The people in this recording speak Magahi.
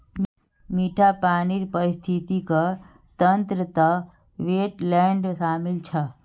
मीठा पानीर पारिस्थितिक तंत्रत वेट्लैन्ड शामिल छ